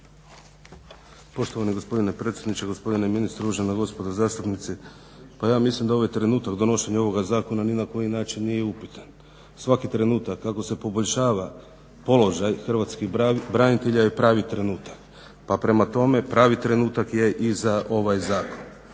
Poštovani gospodine predsjedniče, gospodine ministre, uvažena gospodo zastupnici. Pa ja mislim da ovaj trenutak donošenja ovoga zakona ni na koji način nije upitan. Svaki trenutak ako se poboljšava položaj hrvatskih branitelja je pravi trenutak pa prema tome pravi trenutak je i za ovaj zakon.